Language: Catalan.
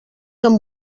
amb